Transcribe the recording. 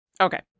Okay